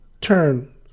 turn